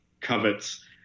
covets